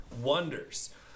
wonders